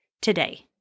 today